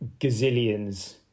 gazillions